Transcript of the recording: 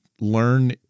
learn